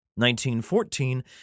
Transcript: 1914